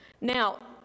Now